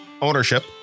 ownership